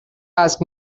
ask